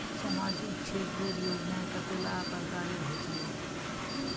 सामाजिक क्षेत्र योजनाएँ कतेला प्रकारेर होचे?